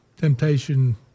temptation